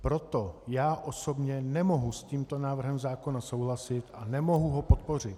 Proto já osobně nemohu s tímto návrhem zákona souhlasit a nemohu ho podpořit.